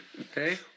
Okay